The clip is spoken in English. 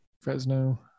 Fresno